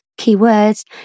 keywords